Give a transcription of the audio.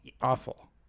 awful